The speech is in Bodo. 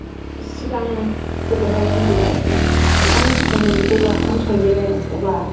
सिगां गोदोहाय ओन्दैयाव ओंखाम सं जेब्ला ओंखाम संजेनो अब्ला